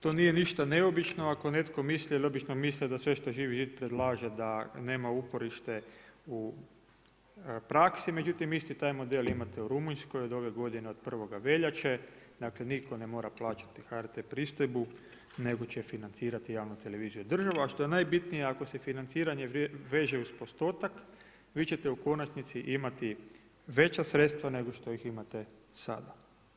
To nije ništa neobično, ako netko misli jer obično misle da sve što Živi zid predlaže da nema uporište u praksu, međutim isti taj model imate u Rumunjskoj od ove godine, od 1. veljače, dakle nitko ne mora plaćati HRT pristojbu nego će je financirati javna televizija i država a što je najbitnije ako se financiranje veže uz postotak, vi ćete u konačnici imati veća sredstva nego što ih imate sada.